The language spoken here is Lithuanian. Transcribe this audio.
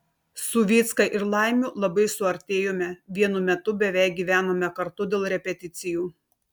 su vycka ir laimiu labai suartėjome vienu metu beveik gyvenome kartu dėl repeticijų